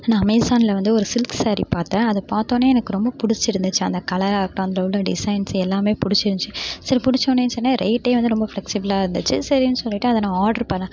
நான் அமேசானில் வந்து ஒரு சில்க் சாரீ பார்த்தேன் அதை பார்த்த உடனே எனக்கு ரொம்ப பிடிச்சிருந்துச்சி அந்த கலராயிருக்கட்டும் டிசைன்ஸ் எல்லாமே பிடிச்சிருந்துச்சி சரி பிடிச்சோனே சரினு ரேட்டே வந்து ரொம்ப ஃபிளக்சிபுலாக இருந்துச்சு சரினு சொல்லிட்டு அதை நான் ஆர்ட்ரு பண்ணிணேன்